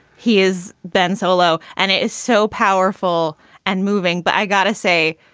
he is ben solo. and it is so powerful and moving. but i gotta say,